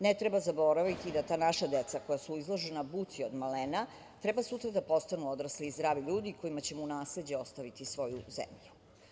Ne treba zaboraviti da ta naša deca, koja su izložena buci od malena, treba sutra da postanu odrasli i zdravi ljudi kojima ćemo u nasleđe ostaviti svoju zemlju.